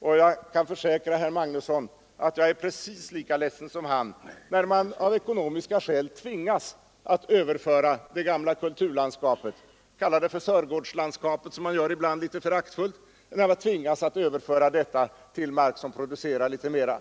och jag kan försäkra herr Magnusson att jag är precis lika ledsen som han när man av ekonomiska skäl tvingas att överföra det gamla kulturlandskapet — kalla det för Sörgårdslandskapet, som man gör ibland litet föraktfullt — till mark som producerar litet mera.